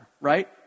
right